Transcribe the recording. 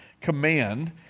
command